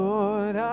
Lord